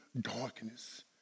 darkness